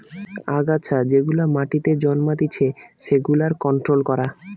আগাছা যেগুলা মাটিতে জন্মাতিচে সেগুলার কন্ট্রোল করা